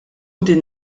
din